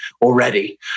already